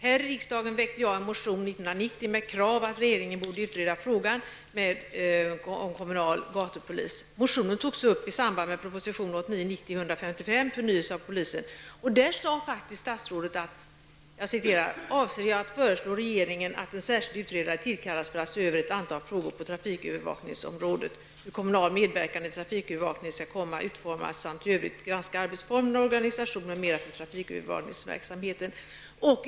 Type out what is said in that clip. Här i riksdagen väckte jag en motion 1990 med krav på att regeringen skulle utreda frågan om kommunal gatupolis. Motionens förslag togs upp i proposition 1989/90:155, Förnyelse av polisen, och där sade faktiskt statsrådet: Jag avser att föreslå regeringen att en särskild utredare tillkallas för att se över ett antal frågor på trafikövervakningsområdet om hur kommunal medverkan i trafikövervakningen skall kunna utformas samt att i övrigt granska arbetsformerna, organisation m.m. för trafikövervakningsverksamheten.